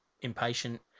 impatient